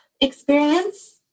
experience